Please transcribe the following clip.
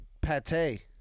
pate